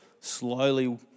slowly